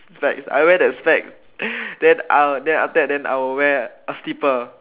is like I wear that specs then after that I will wear a slipper